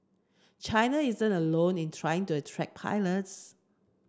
China isn't alone in trying to attract pilots